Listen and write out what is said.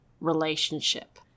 relationship